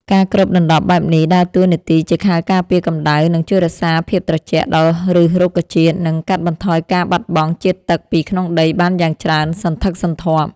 ការគ្របដណ្ដប់បែបនេះដើរតួនាទីជាខែលការពារកម្ដៅ ដែលជួយរក្សាភាពត្រជាក់ដល់ឫសរុក្ខជាតិ និងកាត់បន្ថយការបាត់បង់ជាតិទឹកពីក្នុងដីបានយ៉ាងច្រើនសន្ធឹកសន្ធាប់។